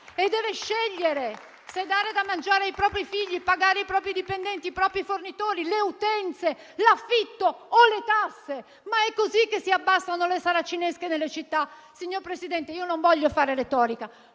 e deve scegliere se dare da mangiare ai propri figli, pagare i propri dipendenti, i propri fornitori, le utenze, l'affitto o le tasse. Ma è così che si abbassano le saracinesche nelle città. Signor Presidente, io non voglio fare retorica,